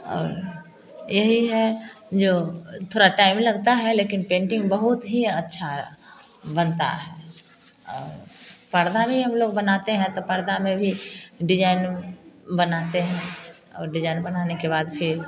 और यही है जो थोरा टाइम लगता है लेकिन पेंटिंग बहुत ही अच्छा बनता है और पर्दा भी हम लोग बनाते हैं तो पर्दा में भी डिजाइन बनाते हैं और डिजाइन बनाने के बाद फिर